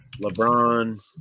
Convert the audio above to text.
LeBron